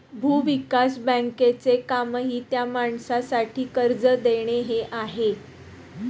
भूविकास बँकेचे कामही त्या माणसासाठी कर्ज देणे हे आहे